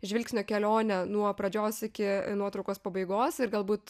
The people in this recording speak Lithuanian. žvilgsnio kelione nuo pradžios iki nuotraukos pabaigos ir galbūt